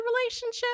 relationship